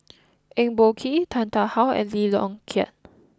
Eng Boh Kee Tan Tarn How and Lee Yong Kiat